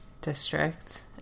district